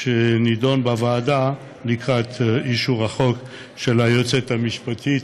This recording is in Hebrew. שנדון בוועדה לקראת אישור החוק של היועצת המשפטית